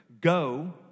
Go